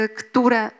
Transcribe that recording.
które